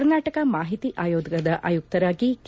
ಕರ್ನಾಟಕ ಮಾಹಿತಿ ಆಯೋಗದ ಆಯುಕ್ತರಾಗಿ ಕೆ